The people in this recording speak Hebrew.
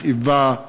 מכאיבה,